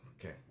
okay